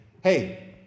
hey